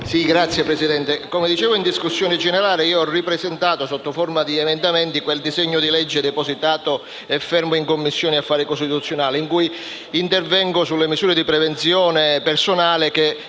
Signor Presidente, come ho già detto in discussione generale, ho ripresentato sotto forma di emendamento un disegno di legge depositato e fermo in Commissione affari costituzionali, in cui intervengo sulle misure di prevenzione personale,